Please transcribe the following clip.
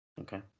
Okay